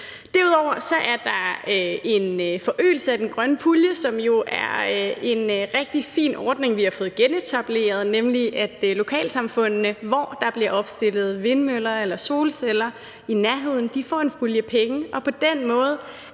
Derudover er der en forøgelse af den grønne pulje, som jo er en rigtig fin ordning, vi har fået genetableret, nemlig at lokalsamfundene, hvor der bliver opstillet vindmøller eller solceller i nærheden, får en pulje penge, og på den måde